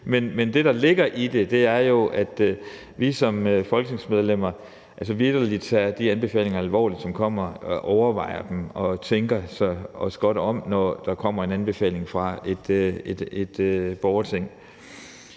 Men det, der ligger i det, er jo, at vi som folketingsmedlemmer vitterlig tager de anbefalinger alvorligt, som kommer, overvejer dem og tænker os godt om, når der kommer en anbefaling fra et borgerting.